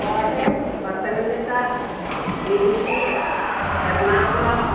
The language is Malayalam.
കോട്ടയം പത്തനംതിട്ട ഇടുക്കി എർണാകുളം